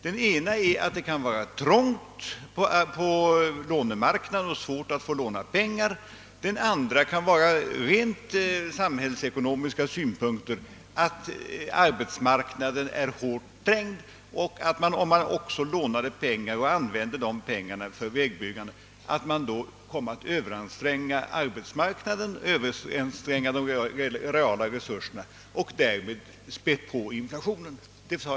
Den ena är att det kan vara trångt på lånemarknaden och därför svårt att få låna pengar; den andra är den rent samhällsekonomiska synpunkten att arbetsmarknaden kan vara hårt trängd och att man, om man också lånade pengar och använde dem för vägbyggande, kom att överanstränga arbetsmarknaden och de reala resurserna och alltså spä på inflationen.